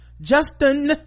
Justin